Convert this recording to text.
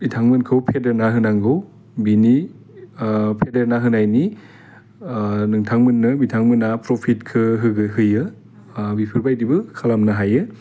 बिथांमोनखौ फेदेरना होनांगौ बिनि फेदेरना होनायनि नोंथांमोननो बिथांमोना प्रफिटखो होगो होयो बिफोरबायदिबो खालामनो हायो